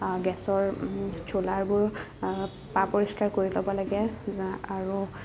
গেছৰ ছলাৰবোৰ পা পৰিষ্কাৰ কৰি ল'ব লাগে আৰু